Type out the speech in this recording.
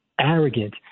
arrogant